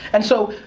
and so,